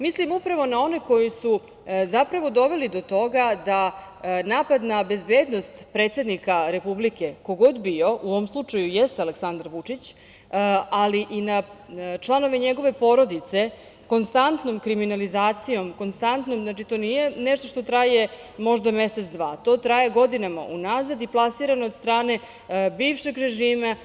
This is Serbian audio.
Mislim upravo na one koji su zapravo doveli do toga da napad na bezbednost predsednika republike, ko god bio, u ovom slučaju jeste Aleksandar Vučić, ali i na članove njegove porodice, konstantnom kriminalizacijom, znači to nije nešto što traje mesec, dva, to traje godinama unazad i plasirano je od strane bivšeg režima.